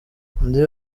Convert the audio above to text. ndi